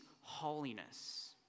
holiness